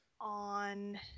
on